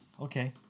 Okay